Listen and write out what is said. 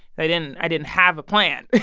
i didn't i didn't have a plan.